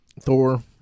Thor